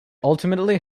ultimately